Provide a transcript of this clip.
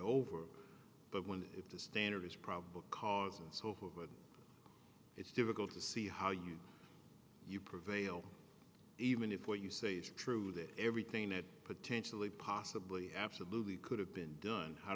over but one if the standard is probable cause and so who but it's difficult to see how you you prevail even if what you say is true that everything it potentially possibly absolutely could have been done how